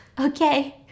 Okay